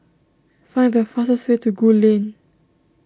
find the fastest way to Gul Lane